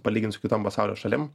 palyginant su kitom pasaulio šalim